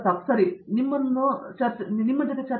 ಪ್ರತಾಪ್ ಹರಿಡೋಸ್ ಸರಿ ಅದಕ್ಕಿಂತ ದೊಡ್ಡದು